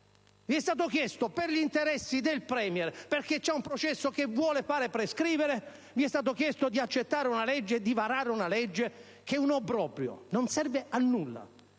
Vi è stato chiesto per gli interessi del *Premier*, perché c'è un processo che vuole far prescrivere, di accettare una legge e di vararla, una legge che è un obbrobrio, che non serve a nulla.